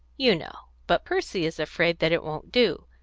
you know. but percy is afraid that it won't do,